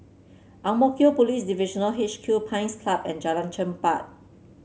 Ang Mo Kio Police Divisional H Q Pines Club and Jalan Chermat